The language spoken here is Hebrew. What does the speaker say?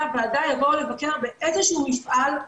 הוועדה יבואו לבקר באיזה שהוא מפעל,